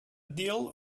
deal